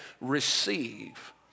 receive